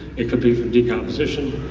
it could be from decomposition.